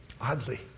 oddly